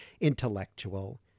intellectual